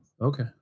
okay